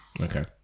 Okay